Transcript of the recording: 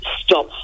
stop